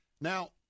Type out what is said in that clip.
Now